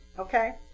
Okay